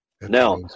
now